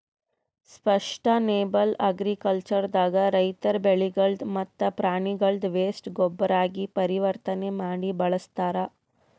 sustainable agriculture ದಾಗ ರೈತರ್ ಬೆಳಿಗಳ್ದ್ ಮತ್ತ್ ಪ್ರಾಣಿಗಳ್ದ್ ವೇಸ್ಟ್ ಗೊಬ್ಬರಾಗಿ ಪರಿವರ್ತನೆ ಮಾಡಿ ಬಳಸ್ತಾರ್